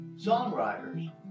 songwriters